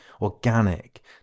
organic